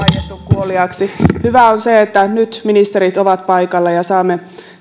kuoliaaksi hyvää on se että nyt ministerit ovat paikalla ja saamme